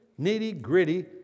nitty-gritty